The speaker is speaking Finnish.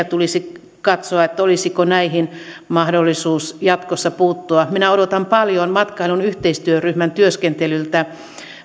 tulisi katsoa olisiko näihin mahdollisuus jatkossa puuttua minä odotan paljon matkailun yhteistyöryhmän työskentelyltä